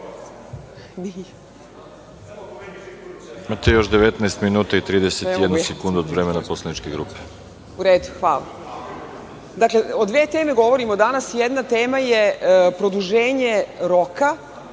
Imate još 19 minuta i 31 sekundu od vremena poslaničke grupe. **Jasmina Nikolić** U redu. Hvala. Dakle, o dve teme govorimo danas. Jedna tema je produženje roka